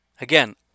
Again